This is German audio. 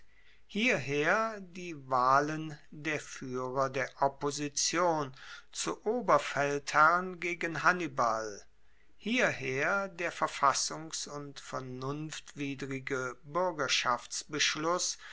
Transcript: hierher die wahlen der fuehrer der opposition zu oberfeldherren gegen hannibal hierher der verfassungs und vernunftwidrige